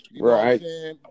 Right